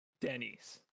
Denny's